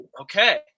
okay